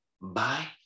bye